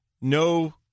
no